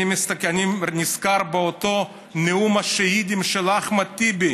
אני נזכר באותו נאום השהידים של אחמד טיבי.